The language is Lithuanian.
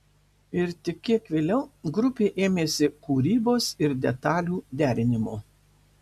ir tik kiek vėliau grupė ėmėsi kūrybos ir detalių derinimo